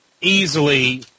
Easily